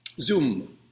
Zoom